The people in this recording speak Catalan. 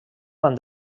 van